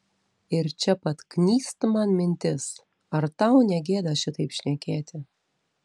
ir čia pat knyst man mintis ar tau negėda šitaip šnekėti